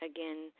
Again